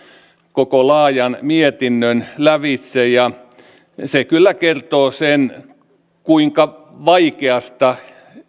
koko laajan mietinnön lävitse se kyllä kertoo sen kuinka vaikeasta